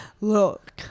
Look